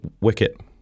wicket